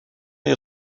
est